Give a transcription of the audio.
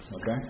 Okay